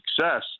success